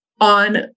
on